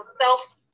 self